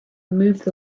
moves